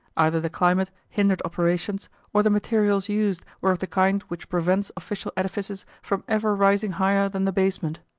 either the climate hindered operations or the materials used were of the kind which prevents official edifices from ever rising higher than the basement.